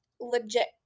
legit